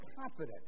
confident